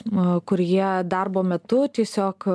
na kur jie darbo metu tiesiog